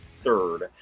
third